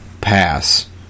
pass